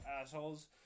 assholes